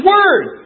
Word